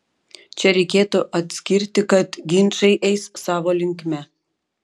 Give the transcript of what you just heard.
čia reikėtų atskirti kad ginčai eis savo linkme